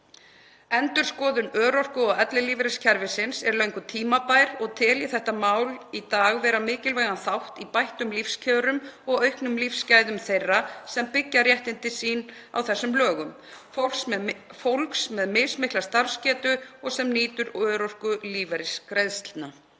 Endurskoðun örorku- og ellilífeyriskerfisins er löngu tímabær og tel ég þetta mál í dag vera mikilvægan þátt í bættum lífskjörum og auknum lífsgæðum þeirra sem byggja réttindi sín á þessum lögum, fólks með mismikla starfsgetu og sem nýtur örorkulífeyrisgreiðslna.